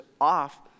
off